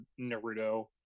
naruto